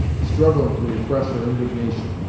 struggling to repress her indignation,